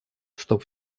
чтоб